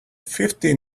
fifteen